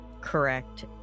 correct